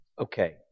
Okay